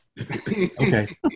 Okay